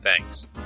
Thanks